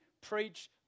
preach